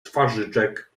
twarzyczek